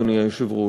אדוני היושב-ראש.